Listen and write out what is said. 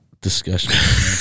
discussion